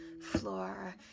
floor